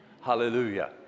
Hallelujah